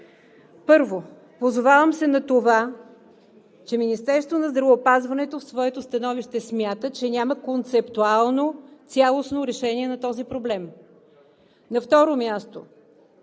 Първо, позовавам се на това, че Министерството на здравеопазването в своето становище смята, че няма концептуално цялостно решение на този проблем. На второ място,